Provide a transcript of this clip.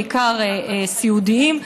בעיקר סיעודיים,